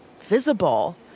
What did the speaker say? visible